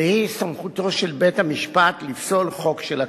והיא סמכותו של בית-המשפט לפסול חוק של הכנסת.